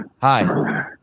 Hi